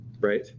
right